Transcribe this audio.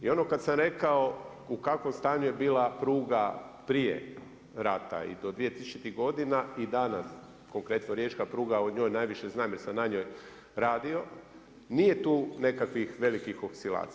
I ono kad sam rekao u kakvom stanju je bila pruga prije rata i do 2000.g i danas, konkretno riječna pruga o njoj najviše znam, jer sam na njoj radio, nije tu nekakvih velikih oksidacija.